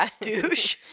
douche